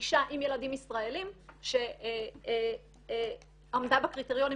אישה עם ילדים ישראלים שעמדה בקריטריונים